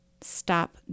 stop